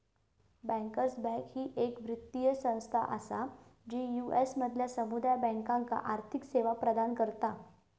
bankers bank ही येक वित्तीय संस्था असा जी यू.एस मधल्या समुदाय बँकांका आर्थिक सेवा प्रदान करता